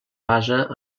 basa